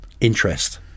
Interest